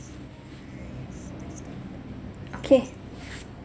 okay